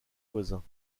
voisins